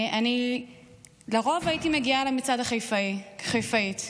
לרוב הייתי מגיעה למצעד החיפאי, כחיפאית,